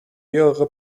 mehrere